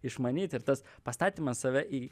išmanyt ir tas pastatymas save į